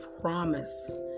promise